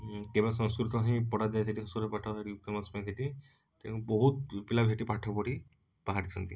ଉଁ କେବଳ ସଂସ୍କୃତ ହିଁ ପଢ଼ାଯାଏ ସେଠି ସଂସ୍କୃତ ପାଠ ଫେମସ୍ ପାଇଁ ସେଠି ତେଣୁ ବହୁତ ପିଲା ସେଠି ପାଠ ପଢ଼ି ବାହାରିଛନ୍ତି